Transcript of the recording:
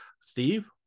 Steve